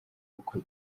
bukwe